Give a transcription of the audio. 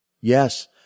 Yes